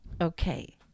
Okay